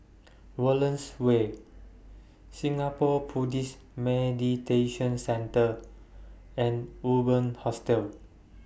Wallace Way Singapore Buddhist Meditation Centre and Urban Hostel